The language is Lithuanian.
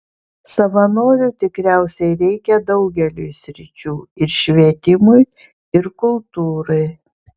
savanorių tikriausiai reikia daugeliui sričių ir švietimui ir kultūrai